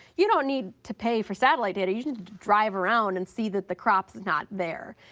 you don't need to pay for satellite data, you just drive around and see that the crop is not there.